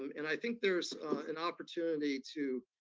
um and i think there's an opportunity to